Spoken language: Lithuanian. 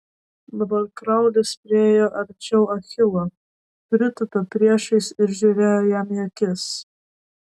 dabar kraulis priėjo arčiau achilo pritūpė priešais ir žiūrėjo jam į akis